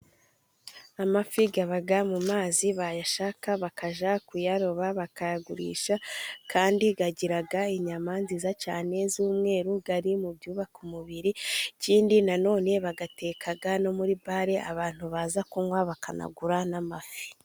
Amafi aba mu mazi, bayashaka bakajya kuyaroba, bakayagurisha. Kandi agira inyama nziza cyane z'umweru. Ari mu byubaka umubiri, ikindi na none bayateka no muri bale, abantu baza kunywa bakanagura n'amafi.